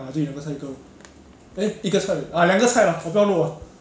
it's just 我 open liao 我放 freezer 两三个 eh 两个月半没有动